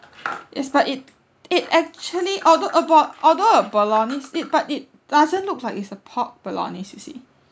yes but it it actually although a bo~ although a bolognese it but it doesn't look like it's a pork bolognese you see